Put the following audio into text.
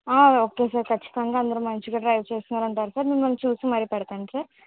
okay sir ఖచ్చితంగా అందరూ మంచిగా డ్రైవ్ చేసేవాళ్ళని పెడతాం సార్ మిమ్మల్ని చూసి మరీ పెడతాను సార్